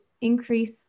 increase